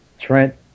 Trent